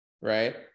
right